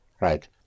Right